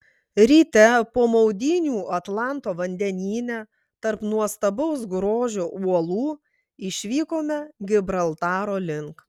ryte po maudynių atlanto vandenyne tarp nuostabaus grožio uolų išvykome gibraltaro link